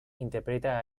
interpreta